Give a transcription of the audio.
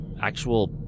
actual